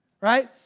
right